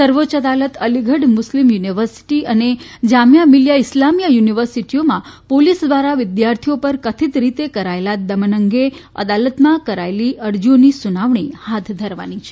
સર્વોચ્ય અદાલત Aligarh Muslim university અને જામીયા મિલીયા ઇસ્લામિયા યુનિવર્સિટીઓમાં પોલીસ દ્વારા વિદ્યાર્થીઓ ઉપર કથિત રીતે કરાયેલા દમન અંગે અદાલતમાં કરાયેલી અરજીઓની સુનાવણી હાથ ધરવાની છે